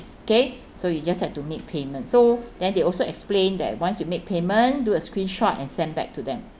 okay so you just have to make payment so then they also explained that once you make payment do a screenshot and send back to them